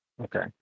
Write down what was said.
Okay